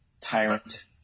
tyrant